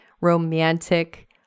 romantic